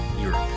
Europe